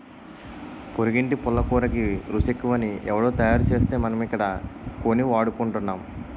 పొరిగింటి పుల్లకూరకి రుసెక్కువని ఎవుడో తయారుసేస్తే మనమిక్కడ కొని వాడుకుంటున్నాం